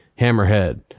Hammerhead